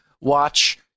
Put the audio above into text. watch